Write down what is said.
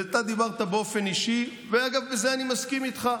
ואתה דיברת באופן אישי, ואגב, בזה אני מסכים איתך,